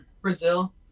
Brazil